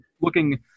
looking